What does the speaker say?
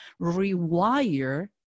rewire